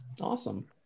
Awesome